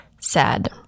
sad